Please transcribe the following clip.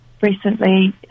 recently